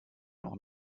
noch